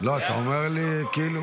נו, באמת, ארז.